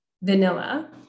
Vanilla